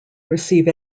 receive